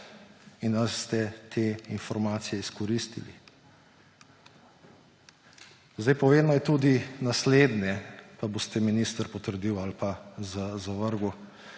in ali ste te informacije izkoristili. Povedno je tudi naslednje, pa boste, minister, potrdili ali pa zavrgli.